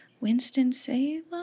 Winston-Salem